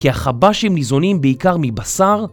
כי החבאשים ניזונים בעיקר מבשר